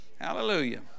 hallelujah